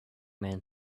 man